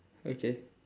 okay